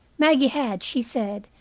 maggie had, she said,